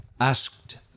asked